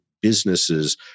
businesses